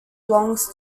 belongs